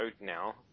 now